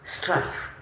strife